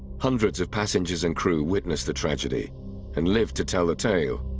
hundreds of passengers and crew witnessed the tragedy and live to tell the tale.